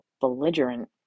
belligerent